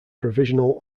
provisional